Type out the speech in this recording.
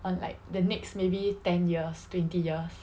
um like the next maybe ten years twenty years